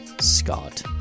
Scott